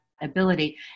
ability